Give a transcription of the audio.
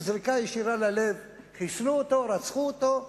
עם זריקה ישירה ללב חיסלו אותו, רצחו אותו,